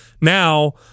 Now